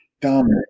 dominant